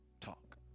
Talk